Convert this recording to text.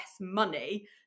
money